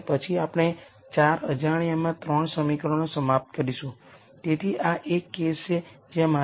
એ બધી રીતે vn સુધી A λ ν ની n મી કોલમ